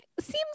seems